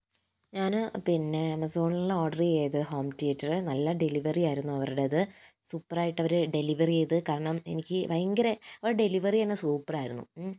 ഞാൻ പിന്നെ ആമസോണിൽ ഓർഡർ ചെയ്ത് ഹോം തീയേറ്റർ നല്ല ഡെലിവറി ആയിരുന്നു അവരുടേത് സൂപ്പറായിട്ട് അവർ ഡെലിവറി ചെയ്ത് കാരണം എനിക്ക് ഭയങ്കര ഡെലിവറി തന്നെ സൂപ്പറായിരുന്നു